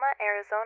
Arizona